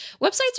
Websites